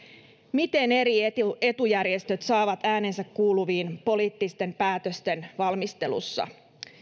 miten eri etujärjestöt saavat äänensä kuuluviin poliittisten päätösten valmistelussa